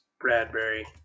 Bradbury